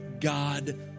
God